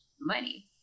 money